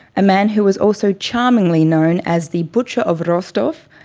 a man who was also charmingly known as the butcher of rostov,